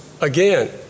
again